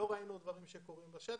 לא ראינו דברים קורים בשטח.